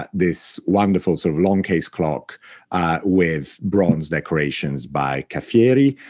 this wonderful sort of longcase clock with bronze decorations by caffieri.